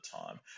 time